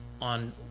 on